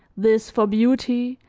this for beauty,